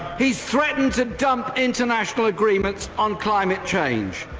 he's threatened to dump international agreements on climate change,